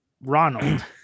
Ronald